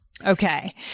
Okay